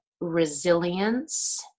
resilience